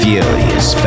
Furious